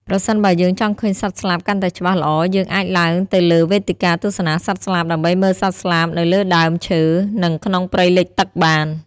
ប្រសិនបើយើងចង់ឃើញសត្វស្លាបកាន់តែច្បាស់ល្អយើងអាចឡើងទៅលើវេទិកាទស្សនាសត្វស្លាបដើម្បីមើលសត្វស្លាបនៅលើដើមឈើ និងក្នុងព្រៃលិចទឹកបាន។